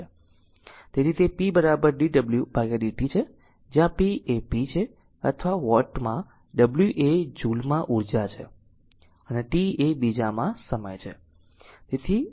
તેથી તે p dwdt છે જ્યાં p એ p છે અથવા વોટમાં w એ જુલ ્માં ઉર્જા છે અને t એ બીજામાં સમય છે